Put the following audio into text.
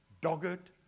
dogged